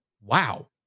wow